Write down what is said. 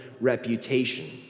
reputation